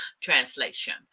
translation